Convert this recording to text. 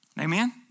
Amen